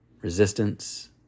resistance